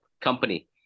company